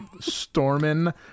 Stormin